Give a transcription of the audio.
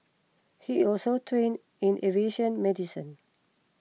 he is also trained in aviation medicine